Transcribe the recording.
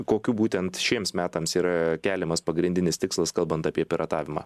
kokių būtent šiems metams yra keliamas pagrindinis tikslas kalbant apie piratavimą